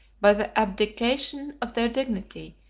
by the abdication of their dignity,